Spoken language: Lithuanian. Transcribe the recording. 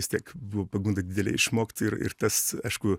vis tiek buvo pagunda didelė išmokt ir ir tas aišku